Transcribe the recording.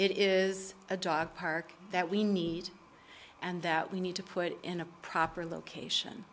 it is a dog park that we need and that we need to put in a proper location